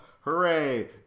hooray